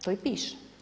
To i piše.